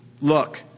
Look